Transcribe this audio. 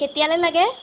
কেতিয়ালৈ লাগে